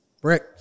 Brick